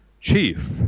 chief